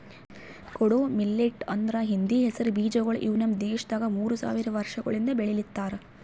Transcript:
ಕೊಡೋ ಮಿಲ್ಲೆಟ್ ಅಂದುರ್ ಹಿಂದಿ ಹೆಸರು ಬೀಜಗೊಳ್ ಇವು ನಮ್ ದೇಶದಾಗ್ ಮೂರು ಸಾವಿರ ವರ್ಷಗೊಳಿಂದ್ ಬೆಳಿಲಿತ್ತಾರ್